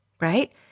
Right